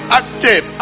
active